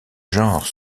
genre